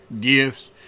gifts